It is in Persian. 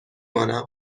مانم